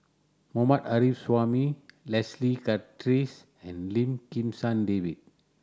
Mohammad Arif Suhaimi Leslie Charteris and Lim Kim San David